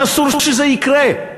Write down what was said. אסור שזה יקרה,